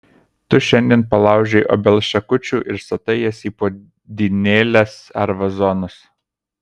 tu šiandien palaužei obels šakučių ir statai jas į puodynėles ar vazonus